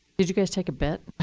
did you guys take a bet